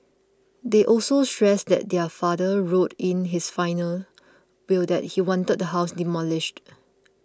they also stressed that their father wrote in his final will that he wanted the house demolished